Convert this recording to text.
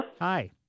Hi